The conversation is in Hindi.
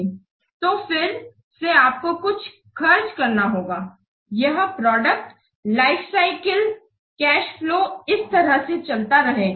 तो फिर से आपको कुछ और खर्च करना होगा यह product life cycle cash flow इस तरह चलता रहेगा